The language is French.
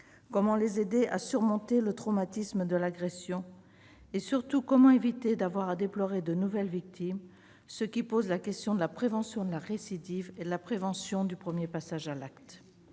Comment les aider à surmonter le traumatisme de l'agression ? Surtout, comment éviter d'avoir à déplorer de nouvelles victimes, ce qui pose la question de la prévention de la récidive et de la prévention du premier passage à l'acte